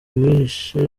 bihishe